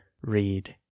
read